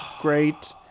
great